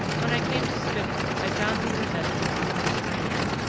when i came to spithead, i found we were destined for the mediterranean,